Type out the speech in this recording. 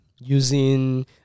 Using